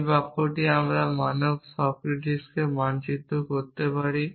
এই বাক্যটি আমরা মানব সক্রেটিককে মানচিত্র করতে পারি